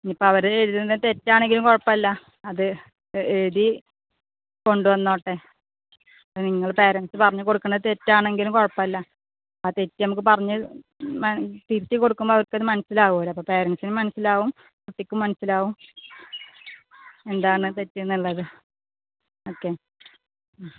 ഇനിയിപ്പം അവർ എഴുതുന്നത് തെറ്റാണെങ്കിലും കുഴപ്പമില്ല അത് എഴുതി കൊണ്ടുവന്നോട്ടെ നിങ്ങൾ പേരന്റ്സ് പറഞ്ഞുകൊടുക്കുന്നത് തെറ്റാണെങ്കിലും കുഴപ്പമില്ല ആ തെറ്റ് നമുക്ക് പറഞ്ഞ് തിരുത്തിക്കൊടുക്കുമ്പോൾ അവർക്കത് മനസ്സിലാവുമല്ലോ പേരന്റ്സിന് മനസ്സിലാവും കുട്ടിക്കും മനസ്സിലാവും എന്താണ് തെറ്റ് എന്നുള്ളത് ഓക്കേ ആ